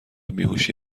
بیهوشی